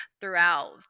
throughout